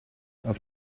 auf